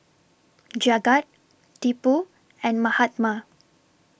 Jagat Tipu and Mahatma